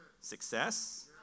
success